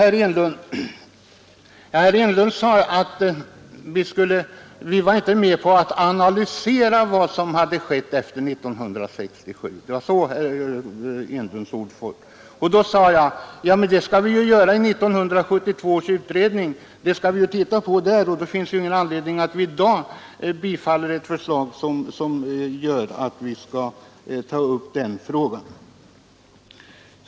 Herr Enlund sade att vi inte var med på att analysera vad som skett efter 1967. Då sade jag att det skall vi titta på i 1972 års utredning och då finns det ingen anledning att i dag bifalla ett förslag, att ta upp den frågan nu.